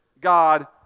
God